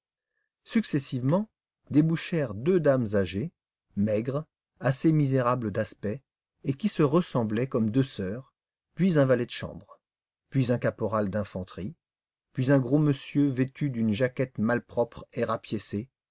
successivement débouchèrent deux dames âgées maigres assez misérables d'aspect et qui se ressemblaient comme deux sœurs puis un valet de chambre puis un caporal d'infanterie puis un gros monsieur vêtu d'une jaquette malpropre et rapiécée